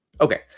okay